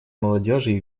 молодежи